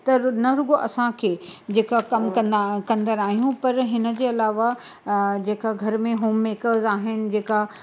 त न रुगो असांखे जेका कमु कंदा कंदड़ु आहियूं पर हिन जे अलावा जेका घर में होम मेकर्स आहिनि जेका